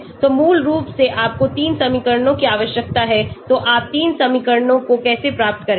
तो मूल रूप से आपको 3 समीकरणों की आवश्यकता है तो आप 3 समीकरणों को कैसे प्राप्त करेंगे